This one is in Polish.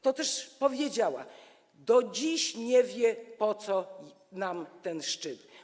Toteż powiedziała, że: do dziś nie wie, po co nam ten szczyt.